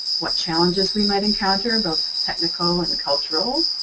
what challenges we might encounter, both technical and cultural,